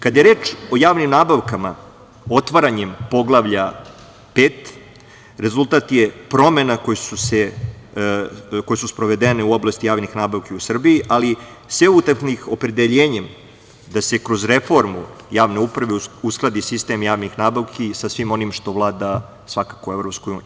Kada je reč o javnim nabavkama, otvaranjem Poglavlja 5, rezultat je promena koje su sprovedene u oblasti javnih nabavki u Srbiji, ali opredeljenjem da se kroz reformu javne uprave uskladi sistem javnih nabavki sa svim onim što vlada svakako u EU.